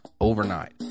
Overnight